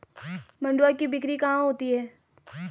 मंडुआ की बिक्री कहाँ होती है?